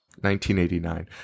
1989